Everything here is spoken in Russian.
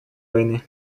войны